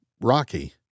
Rocky